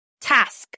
task